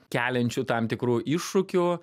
keliančių tam tikrų iššūkių